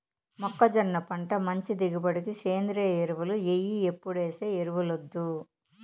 మొక్కజొన్న పంట మంచి దిగుబడికి సేంద్రియ ఎరువులు ఎయ్యి ఎప్పుడేసే ఎరువులొద్దు